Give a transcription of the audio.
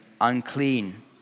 unclean